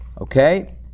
Okay